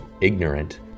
ignorant